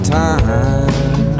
time